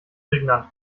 prägnant